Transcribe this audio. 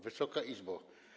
Wysoka Izbo!